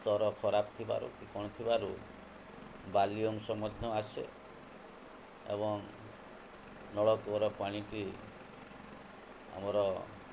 ସ୍ତର ଖରାପ ଥିବାରୁ କି କ'ଣ ଥିବାରୁ ବାଲି ଅଂଶ ମଧ୍ୟ ଆସେ ଏବଂ ନଳକୂଅର ପାଣିଟି ଆମର